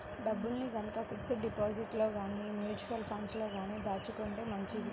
డబ్బుల్ని గనక ఫిక్స్డ్ డిపాజిట్లలో గానీ, మ్యూచువల్ ఫండ్లలో గానీ దాచుకుంటే మంచిది